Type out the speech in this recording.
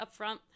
upfront